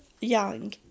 young